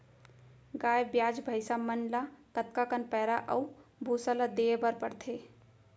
गाय ब्याज भैसा मन ल कतका कन पैरा अऊ भूसा ल देये बर पढ़थे?